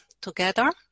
together